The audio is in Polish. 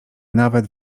nawet